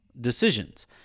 decisions